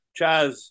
Chaz